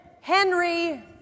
Henry